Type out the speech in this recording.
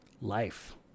life